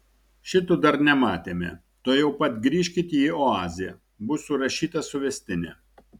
šito dar nematėme tuojau pat grįžkit į oazę bus surašyta suvestinė